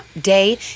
day